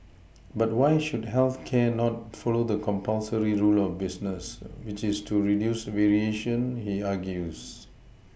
but why should health care not follow the compulsory rule of business which is to reduce variation he argues